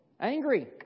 Angry